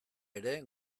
ere